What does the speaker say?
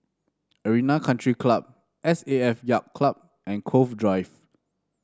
Arena Country Club S A F Yacht Club and Cove Drive